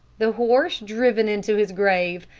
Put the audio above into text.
the horse driven into his grave,